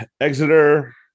Exeter